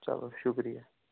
چلو شُکریہ